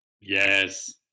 Yes